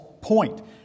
point